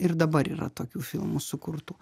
ir dabar yra tokių filmų sukurtų